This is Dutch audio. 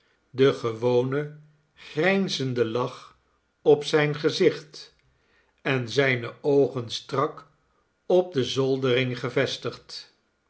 den gewonen grijnzenden lach op zijn gezicht en zijne oogen strak op de zoldering gevestigd